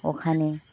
ওখানে